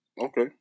okay